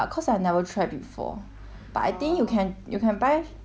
but I think you can you can buy and try give a try lah